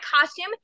costume